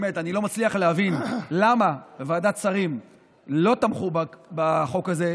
באמת אני לא מצליח להבין למה בוועדת שרים לא תמכו בחוק הזה.